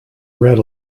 read